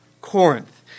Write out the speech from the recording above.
Corinth